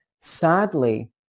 sadly